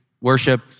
worship